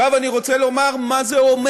אני רוצה לומר מה זה אומר.